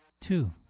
two